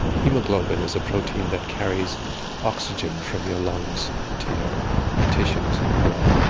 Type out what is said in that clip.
haemoglobin is a protein that carries oxygen from your lungs to your tissues in the blood.